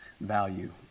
value